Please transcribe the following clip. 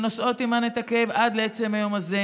שנושאות עימן את הכאב עד עצם היום הזה,